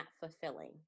fulfilling